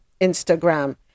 Instagram